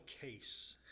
case